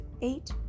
eight